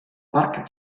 parc